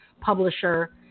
publisher